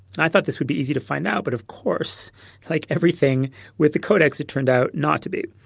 and i thought this would be easy to find out. but of course like everything with the codex turned out not to be.